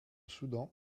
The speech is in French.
soudan